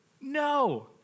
no